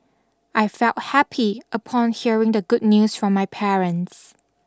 I felt happy upon hearing the good news from my parents